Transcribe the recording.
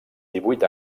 divuit